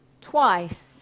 twice